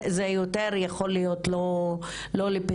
זה יותר יכול להיות לא לפתחכם,